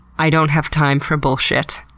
i don't have time for bullshit.